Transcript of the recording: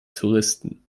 touristen